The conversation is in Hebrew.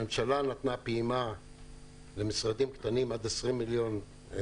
הממשלה נתנה פעימה למשרדים קטנים, עד 20 מיליון ₪.